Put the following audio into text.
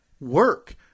work